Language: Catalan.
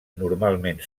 normalment